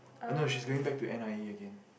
ah no she's going back to N_I_E again